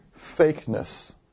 fakeness